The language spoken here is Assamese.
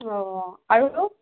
অঁ আৰু